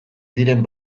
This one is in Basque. diren